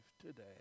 today